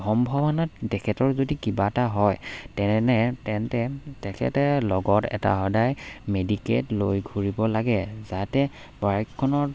সম্ভাৱনাত তেখেতৰ যদি কিবা এটা হয় তেনে তেন্তে তেখেতে লগত এটা সদায় মেডিকেট লৈ ঘূৰিব লাগে যাতে বাইকখনৰ